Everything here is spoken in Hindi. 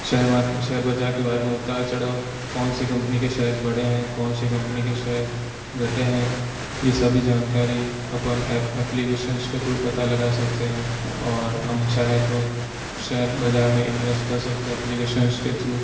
शेयर मार्केट शेयर बज़ार के बारे में उतार चढ़ाव कौनसी कंपनी के शेयर्स बढ़े हैं कौनसी कंपनी के शेयर्स घटे हैं ये सभी जानकारी अपन ऐप्प्लिकेशन्स के थ्रू पता लगा सकते हैं और हम चाहें तो शेयर बज़ार में इन्वेस्ट कर सकते हैं ऐप्प्लिकेशन्स के थ्रू